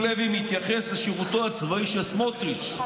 לוי מתייחס לשירותו הצבאי של סמוטריץ'.